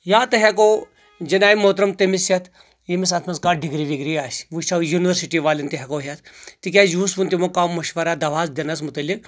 یا تہٕ ہیٚکو جنابِ محترم تٔمِس ہیٚتھ یٔمِس اتھ منٛز کانٛہہ ڈگری وگری آسہِ وٕچھو ینورسٹی والٮ۪ن تہِ ہیٚکو ہیٚتھ تہِ کیازِ یِہُس ووٚن تِمو کانٛہہ مشورا دوہس دِنس متعلِق